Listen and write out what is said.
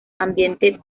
ambiente